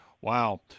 Wow